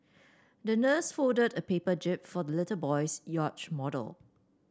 the nurse folded a paper jib for the little boy's yacht model